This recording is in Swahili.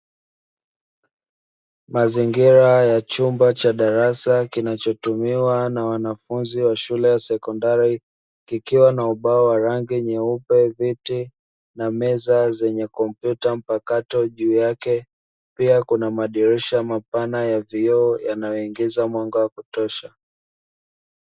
Mazingira ya chumba cha darasa kinachotumiwa na wanafunzi wa shule ya sekondari, kikiwa na ubao wa rangi nyeupe, viti na meza zenye kompyuta mpakato juu yake. Pia kuna madirisha mapana ya vioo yanayoingiza mwanga wa kutosha.